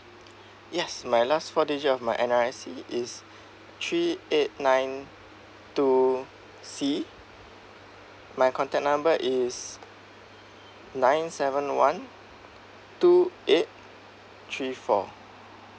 yes my last four digit of my N_R_I_C is three eight nine two C my contact number is nine seven one two eight three four